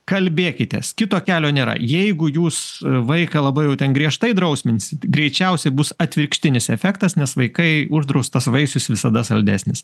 kalbėkitės kito kelio nėra jeigu jūs vaiką labai jau ten griežtai drausminsit greičiausiai bus atvirkštinis efektas nes vaikai uždraustas vaisius visada saldesnis